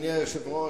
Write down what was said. אדוני היושב-ראש,